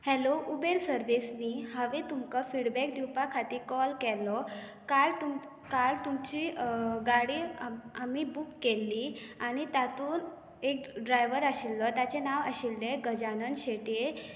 hello Uber service न्ही हांवें तुमकां फिडबॅक दिवपा खातीर कॉल केल्लो काल काल तुमची गाडी आमी बूक केल्ली आनी तातूंत एक ड्रायव्हर आशिल्लो ताचें नांव आशिल्लें गजानन शेटये